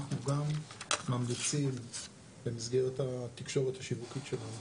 אנחנו גם ממליצים במסגרת התקשורת השיווקית שלנו,